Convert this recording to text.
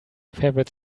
favorite